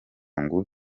ngo